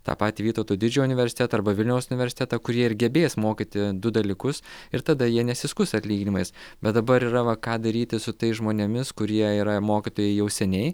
tą patį vytauto didžiojo universitetą arba vilniaus universitetą kurie ir gebės mokyti du dalykus ir tada jie nesiskųs atlyginimais bet dabar yra va ką daryti su tais žmonėmis kurie yra mokytojai jau seniai